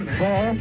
four